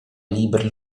liber